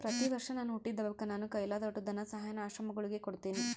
ಪ್ರತಿವರ್ಷ ನನ್ ಹುಟ್ಟಿದಬ್ಬಕ್ಕ ನಾನು ಕೈಲಾದೋಟು ಧನಸಹಾಯಾನ ಆಶ್ರಮಗುಳಿಗೆ ಕೊಡ್ತೀನಿ